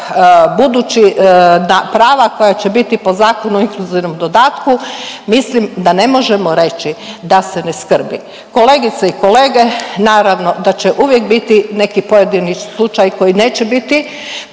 buduća prava koja će biti po Zakonu o inkluzivnom dodatku mislim da ne možemo reći da se ne skrbi. Kolegice i kolege, naravno da će uvijek biti neki pojedini slučaj koji neće biti